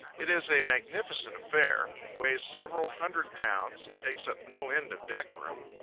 it is a magnificent affair. it weighs several hundred pounds and takes up no end of deck-room.